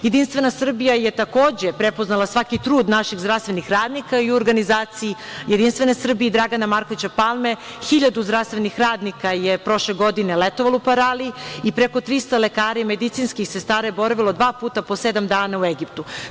JS je takođe prepoznala svaki trud naših zdravstvenih radnika i u organizaciji JS i Dragana Markovića Palme 1.000 zdravstvenih radnika je prošle godine letovalo u Paraliji i preko 300 lekara i medicinskih sestara je boravilo dva puta po sedam dana u Egiptu.